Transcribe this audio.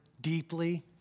deeply